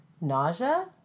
nausea